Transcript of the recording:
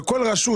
ושכל רשות